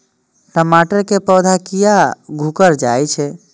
टमाटर के पौधा किया घुकर जायछे?